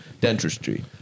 dentistry